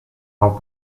rend